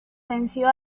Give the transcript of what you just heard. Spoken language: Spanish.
venció